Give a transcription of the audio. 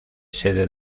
sede